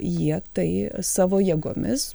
jie tai savo jėgomis